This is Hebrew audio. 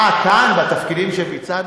אה, כאן, בתפקידים שביצענו?